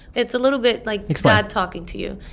it's a little bit like. explain. god talking to you.